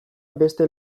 beste